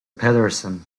pedersen